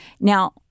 Now